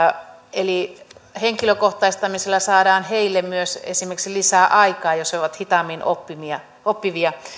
eli henkilökohtaistamisella saadaan heille myös esimerkiksi lisää aikaa jos he ovat hitaammin oppivia oppivia